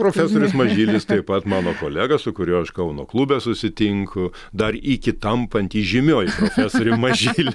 profesorius mažylis taip pat mano kolega su kuriuo aš kauno klube susitinku dar iki tampant žymiuoju profesoriu mažyliu